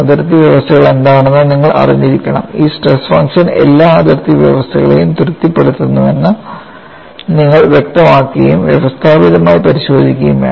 അതിർത്തി വ്യവസ്ഥകൾ എന്താണെന്ന് നിങ്ങൾ അറിഞ്ഞിരിക്കണം ഈ സ്ട്രെസ് ഫംഗ്ഷൻ എല്ലാ അതിർത്തി വ്യവസ്ഥകളെയും തൃപ്തിപ്പെടുത്തുന്നുവെന്ന് നിങ്ങൾ വ്യക്തമാക്കുകയും വ്യവസ്ഥാപിതമായി പരിശോധിക്കുകയും വേണം